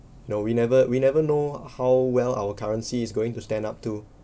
no we never we never know how well our currency is going to stand up to